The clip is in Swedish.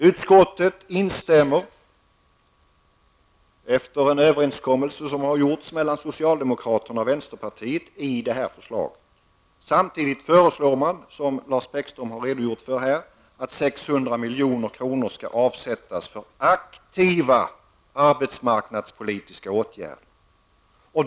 Utskottet instämmer -- efter en överenskommelse som har gjorts mellan socialdemokraterna och vänsterpartiet -- i detta förslag. Samtidigt föreslår man, som Lars Bäckström har redogjort för, att 600 milj.kr. skall avsättas för aktiva arbetsmarknadspolitiska åtgärder.